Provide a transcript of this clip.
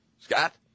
Scott